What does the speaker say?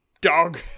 Dog